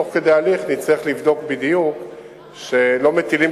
תוך כדי תהליך נצטרך לבדוק בדיוק שלא מטילים